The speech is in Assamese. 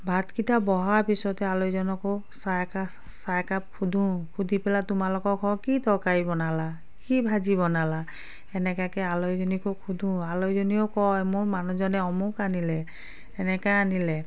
ভাতকিটা বঢ়োৱাৰ পিছতে আলহীজনকো চাহ একা চাহ একাপ সোধোঁ সুধি পেলাই তোমালোকৰ ঘৰত কি তৰকাৰী বনালা কি ভাজি বনালা সেনেকুৱাকে আলহীজনীকো সোধোঁ আলহীজনীও কয় মোৰ মানুহজনে অমুক আনিলে এনেকুৱা আনিলে